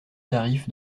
tarif